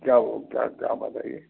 क्या हुआ क्या क्या बताइए